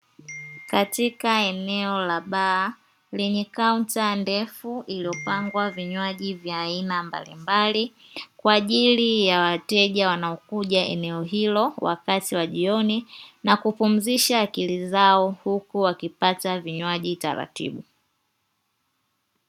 Katika eneo la baa lenye kaunta ndefu iliyopangwa vinywaji vya aina mbalimbali kwa ajili ya wateja wanaokuja eneo hilo, wakati wa jioni na kupumzisha akili zao huku wakipata vinywaji taratibu.